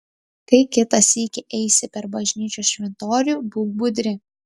kai kitą sykį eisi per bažnyčios šventorių būk budri